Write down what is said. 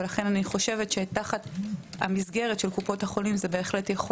ולכן אני חושבת שתחת המסגרת של קופות החולים זה בהחלט יכול